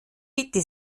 bitte